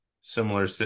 similar